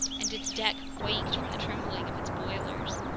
and its deck quaked from the trembling of its boilers.